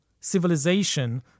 civilization